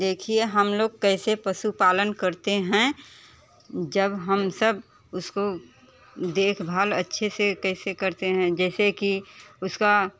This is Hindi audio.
देखिए हम लोग कैसे पशु पालन करते हैं जब हम सब उसको देखभाल अच्छे से कैसे करते हैं जैसे की उसका